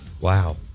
Wow